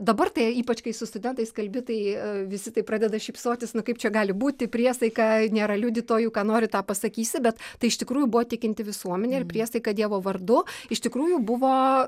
dabar tai ypač kai su studentais kalbi tai visi taip pradeda šypsotis nu kaip čia gali būti priesaika nėra liudytojų ką nori tą pasakysi bet tai iš tikrųjų buvo tikinti visuomenė ir priesaika dievo vardu iš tikrųjų buvo